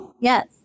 Yes